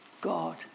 God